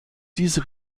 diese